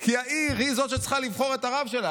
כי העיר היא זאת שצריכה לבחור את הרב שלה,